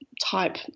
type